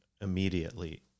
immediately